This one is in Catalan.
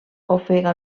ofega